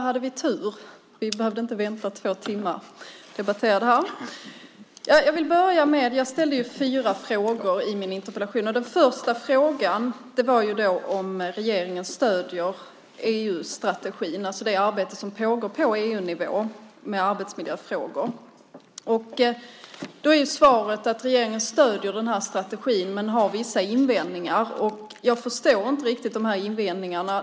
Herr talman! Jag ställde fyra frågor i min interpellation. Den första frågan var om regeringen stöder EU-strategin, alltså det arbete som pågår med arbetsmiljöfrågor på EU-nivå. Då är svaret att regeringen stöder denna strategi men har vissa invändningar. Jag förstår inte riktigt de här invändningarna.